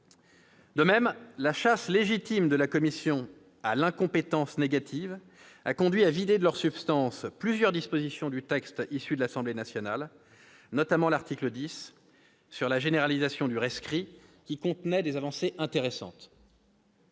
De même, la chasse légitime à l'incompétence négative menée par la commission a conduit à vider de leur substance plusieurs dispositions du texte issu de l'Assemblée nationale, notamment l'article 10, portant sur la généralisation du rescrit, qui contenait des avancées intéressantes.